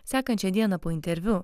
sekančią dieną po interviu